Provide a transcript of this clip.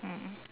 mm